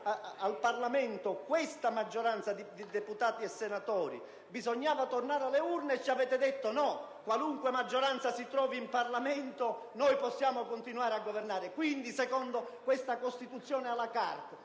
al Parlamento questa maggioranza di deputati e senatori bisognava tornare alle urne, hanno detto: no, qualunque maggioranza si trovi in Parlamento, possiamo continuare a governare. Quindi, secondo questa Costituzione *à la carte*,